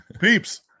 Peeps